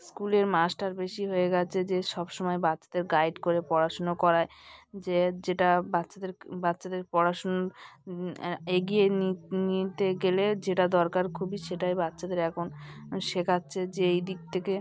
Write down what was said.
স্কুলের মাস্টার বেশি হয়ে গেছে যে সব সময় বাচ্চাদের গাইড করে পড়াশুনো করায় যে যেটা বাচ্চাদেরক্ বাচ্চাদের পড়াশুনো এগিয়ে নিতে গেলে যেটা দরকার খুবই সেটাই বাচ্চাদের এখন শেখাচ্ছে যে এই দিক থেকে